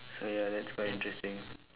so ya that's quite interesting